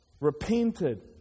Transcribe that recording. repented